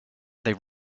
they